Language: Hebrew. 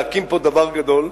להקים פה דבר גדול,